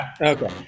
Okay